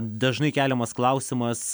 dažnai keliamas klausimas